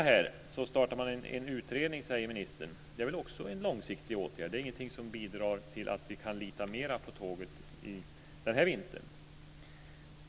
Ministern sade vidare att en utredning ska startas. Det är väl också en långsiktig åtgärd? Det är ingenting som bidrar till att vi kan lita mer på tåget den här vintern.